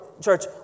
Church